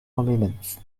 compliments